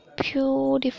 beautiful